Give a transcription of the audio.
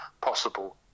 possible